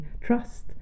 trust